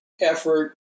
effort